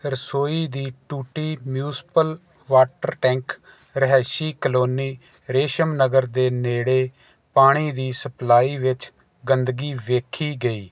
ਰਸੋਈ ਦੀ ਟੂਟੀ ਮਿਊਂਸਪਲ ਵਾਟਰ ਟੈਂਕ ਰਿਹਾਇਸ਼ੀ ਕਲੋਨੀ ਰੇਸ਼ਮ ਨਗਰ ਦੇ ਨੇੜੇ ਪਾਣੀ ਦੀ ਸਪਲਾਈ ਵਿੱਚ ਗੰਦਗੀ ਵੇਖੀ ਗਈ